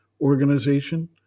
Organization